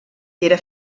era